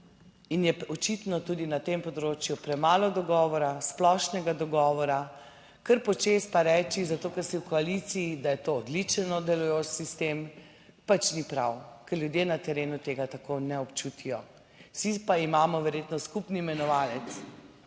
in je očitno tudi na tem področju premalo dogovora, splošnega dogovora. Kar počez pa reči, zato ker si v koaliciji, da je to odličen delujoč sistem, pač ni prav, ker ljudje na terenu tega tako ne občutijo. Vsi pa imamo verjetno skupni imenovalec: